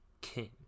king